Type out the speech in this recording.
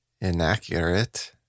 inaccurate